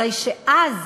הרי שאז